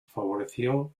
favoreció